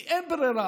כי אין ברירה,